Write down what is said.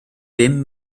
bum